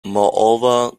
moreover